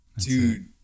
dude